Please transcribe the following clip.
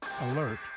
Alert